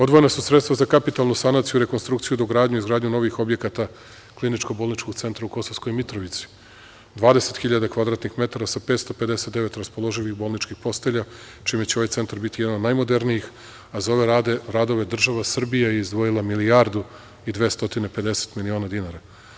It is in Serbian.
Odvojena su sredstva za kapitalnu sanaciju, rekonstrukciju, dogradnju i izgradnju novih objekata Kliničko bolničkog centra u Kosovskoj Mitrovici, 20.000 kvadratnih metara sa 559 raspoloživih bolničkih postelja čime će ovaj centar biti jedan od najmodernijih, a za ove radove država Srbija je izdvojila milijardu i 250 miliona dinara.